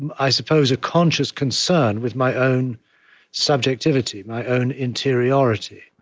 and i suppose, a conscious concern with my own subjectivity, my own interiority.